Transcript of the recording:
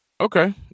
Okay